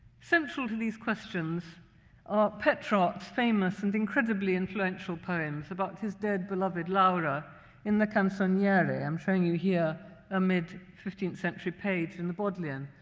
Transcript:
central to these questions are petrarch's famous and incredibly influential poems about his dead beloved laura in the canzoniere. i'm um showing you here a mid fifteenth century page in the bodleian,